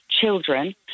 children